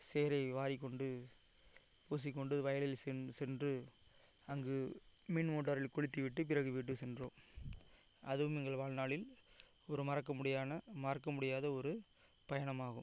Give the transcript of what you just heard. சேறை வாரிக்கொண்டு பூசிக்கொண்டு வயலில் சென் சென்று அங்கு மின்மோட்டாரில் குளித்துவிட்டு பிறகு வீட்டுக்கு சென்றோம் அதுவும் எங்கள் வாழ்நாளில் ஒரு மறக்க முடியான மறக்க முடியாத ஒரு பயணமாகும்